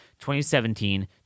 2017